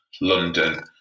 London